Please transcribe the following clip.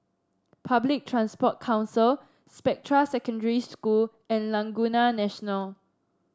Public Transport Council Spectra Secondary School and Laguna National